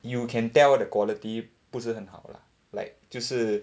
you can tell the quality 不是很好 lah like 就是